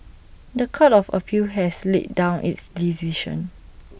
The Court of appeal has laid down its decision